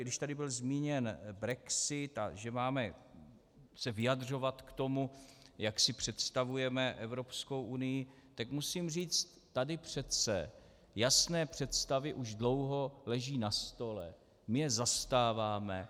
Když tady byl zmíněn brexit a že se máme vyjadřovat k tomu, jak si představujeme Evropskou unii, tak musím říct tady přece jasné představy už dlouho leží na stole, my je zastáváme.